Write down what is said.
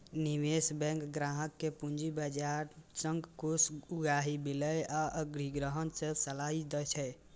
निवेश बैंक ग्राहक कें पूंजी बाजार सं कोष उगाही, विलय आ अधिग्रहण पर सलाह दै छै